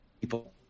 people